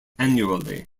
annually